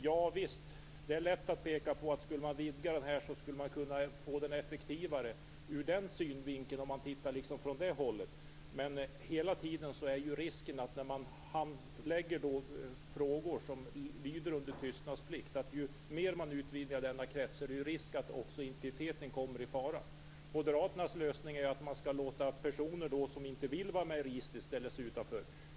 Javisst, det är lätt att peka på att om man skulle vidga användarkretsen skulle man kunna få den effektivare. Det är möjligt om man tittar på det från det hållet. Men det finns hela tiden en risk när man handlägger frågor som lyder under tystnadsplikt, ju mer man utvidgar denna krets, desto större är risken att också integriteten kommer i fara. Moderaternas lösning är att man skall låta personer som inte vill vara med i registret ställa sig utanför.